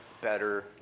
better